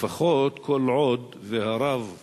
לפחות כל עוד הרב גבאי,